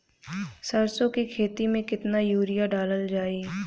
सरसों के खेती में केतना यूरिया डालल जाई?